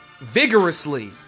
vigorously